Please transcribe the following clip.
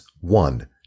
One